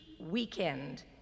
weekend